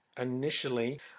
initially